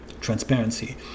transparency